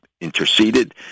interceded